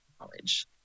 knowledge